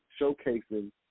showcasing